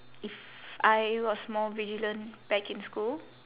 if I was more vigilant back in school